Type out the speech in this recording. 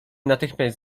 natychmiast